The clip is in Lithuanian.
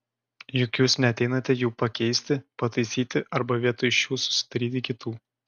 juk jūs neateinate jų pakeisti pataisyti arba vietoj šių susidaryti kitų